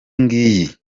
ngiyi